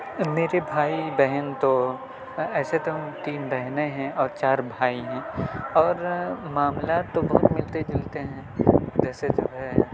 میرے بھائی بہن تو ایسے تو ہم تین بہنیں ہیں اور چار بھائی ہیں اور معاملات تو بہت ملتے جلتے ہیں جیسے جو ہے